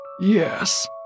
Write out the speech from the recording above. Yes